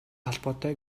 холбоотой